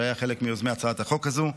שהיה חלק מיוזמי הצעת החוק הזו.